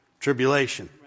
Tribulation